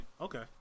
Okay